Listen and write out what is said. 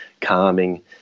calming